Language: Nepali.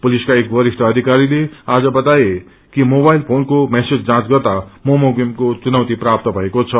पुसिका एक वरिष्ठ अधिकारीले आज बताए कि मोबाईल फ्रेनको मेसेज जाँच गर्दा मोमो गेमको चुनौतिको प्राप्त भएको छ